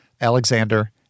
Alexander